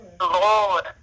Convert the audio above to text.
Lord